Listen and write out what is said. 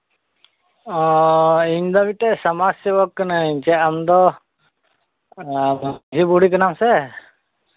ᱚᱻ ᱤᱧᱫᱚ ᱢᱤᱫᱴᱮᱱ ᱥᱚᱢᱟᱡᱽ ᱥᱮᱵᱚᱠ ᱠᱟᱹᱱᱟᱹᱧ ᱡᱮ ᱟᱢᱫᱚ ᱢᱟᱹᱡᱷᱤ ᱵᱩᱲᱦᱤ ᱠᱟᱱᱟᱢ ᱥᱮ